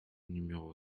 numéro